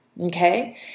Okay